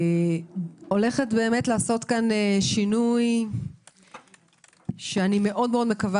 הולכת באמת לעשות כאן שינוי שאני מאוד מקווה